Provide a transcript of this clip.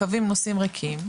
הקווים נוסעים ריקים,